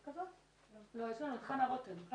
הזאת שמונחת לפניכם היא בקשת מבקר המדינה לקבוע מועד נוסף,